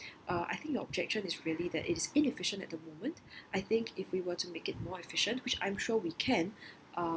uh I think the objection is really that it's inefficient at the moment I think if we were to make it more efficient which I'm sure we can um